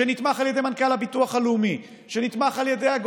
נתמך על ידי מנכ"ל הביטוח הלאומי,